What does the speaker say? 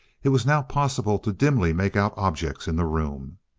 it was now possible to dimly make out objects in the room.